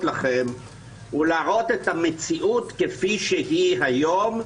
לכם זה להראות את המציאות כפי שהיא היום.